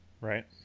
right